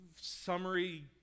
summary